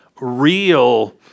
real